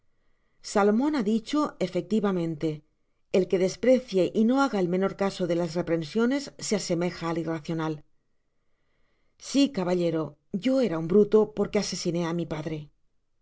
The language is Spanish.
salomon ha dicho efectivamente el que desprecie y no haga el menor caso de las reprensiones se asemeja al irracional si caballero yo era un bruto porque asesiné á mi padre